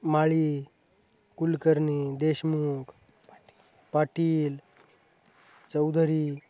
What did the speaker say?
Mali Kulkarni Deshmukh Patil Chaudhari